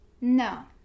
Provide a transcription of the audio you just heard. No